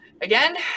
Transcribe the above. again